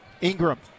ingram